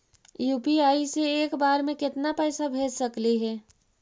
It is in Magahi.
यु.पी.आई से एक बार मे केतना पैसा भेज सकली हे?